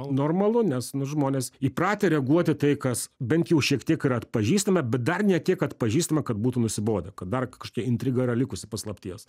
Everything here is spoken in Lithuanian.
normalu nes nu žmonės įpratę reaguot į tai kas bent jau šiek tiek yra atpažįstama bet dar ne tiek kad pažįstama kad būtų nusibodę kad dar kažkokia intriga yra likusi paslapties